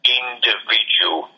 individual